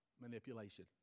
Manipulation